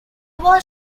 was